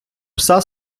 пса